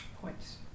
points